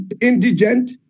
indigent